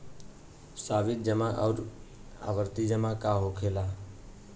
सावधि जमा आउर आवर्ती जमा का होखेला?